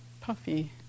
puffy